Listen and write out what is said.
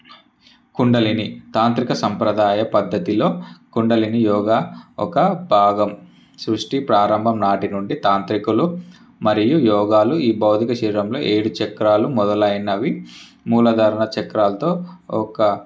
కుండలిని తాంత్రిక సంప్రదాయ పద్ధతిలో కుండలిని యోగ ఒక భాగం సృష్టి ప్రారంభం నాటినుండి తాంత్రికులు మరియు యోగాలు ఈ భౌతిక శరీరంలో ఏడు చక్రాలు మొదలైనవి మూలధారణ చక్రాలతో ఒక